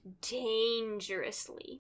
dangerously